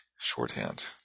shorthand